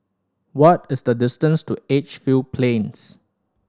what is the distance to Edgefield Plains